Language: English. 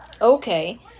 okay